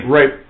Right